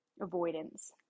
avoidance